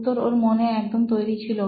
উত্তর ওর মনে একদম তৈরি ছিল